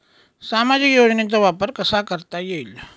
सामाजिक योजनेचा वापर कसा करता येईल?